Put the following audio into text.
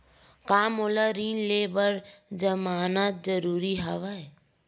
का मोला ऋण ले बर जमानत जरूरी हवय?